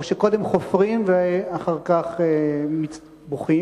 או שקודם חופרים ואחר כך בוכים?